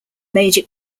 major